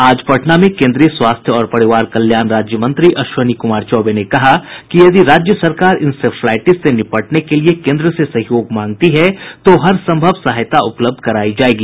आज पटना में केन्द्रीय स्वास्थ्य और परिवार कल्याण राज्य मंत्री अश्विनी कुमार चौबे ने कहा कि यदि राज्य सरकार इंसेफ्लाईटिस से निपटने के लिए केन्द्र से सहयोग मांगती है तो हर संभव सहायता उपलब्ध करायी जायेगी